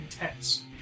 intense